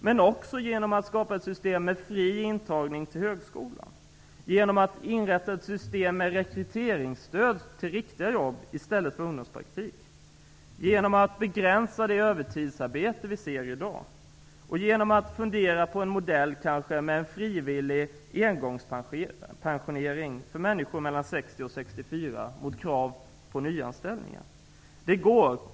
Det går också genom att skapa ett system med fri intagning till högskolan, genom att inrätta ett system med rekryteringsstöd till riktiga jobb i stället för ungdomspraktik, genom att begränsa det övertidsarbete vi ser i dag och genom att fundera på en engångsmodell för frivillig pensionering av människor mellan 60 och 64 år mot krav på nyanställningar. Det går.